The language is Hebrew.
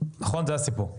זה הסיפור.